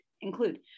include